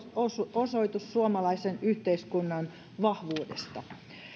osoitus suomalaisen yhteiskunnan vahvuudesta